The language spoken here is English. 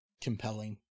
compelling